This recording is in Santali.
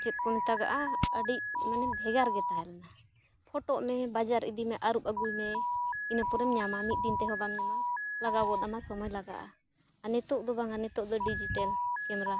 ᱪᱮᱫ ᱠᱚ ᱢᱮᱛᱟᱜᱟᱜᱼᱟ ᱟᱹᱰᱤ ᱢᱟᱱᱮ ᱵᱷᱮᱜᱟᱨ ᱜᱮ ᱛᱟᱦᱮᱸ ᱞᱮᱱᱟ ᱯᱷᱳᱴᱳᱜ ᱢᱮ ᱵᱟᱡᱟᱨ ᱤᱫᱤᱢᱮ ᱟᱹᱨᱩᱵ ᱟᱹᱜᱩᱭᱢᱮ ᱤᱱᱟᱹ ᱯᱚᱨᱮᱢ ᱧᱟᱢᱟ ᱢᱤᱫ ᱫᱤᱱ ᱛᱮᱦᱚᱸ ᱵᱟᱢ ᱧᱟᱢᱟ ᱞᱟᱜᱟᱣ ᱜᱚᱫ ᱟᱢᱟ ᱥᱚᱢᱚᱭ ᱞᱟᱜᱟᱜᱼᱟ ᱟᱨ ᱱᱤᱛᱳᱜ ᱫᱚ ᱵᱟᱝᱟ ᱱᱤᱛᱳᱜ ᱫᱚ ᱰᱤᱡᱤᱴᱮᱞ ᱠᱮᱢᱮᱨᱟ